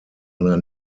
einer